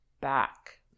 back